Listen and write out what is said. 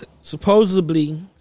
supposedly